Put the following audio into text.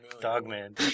Dogman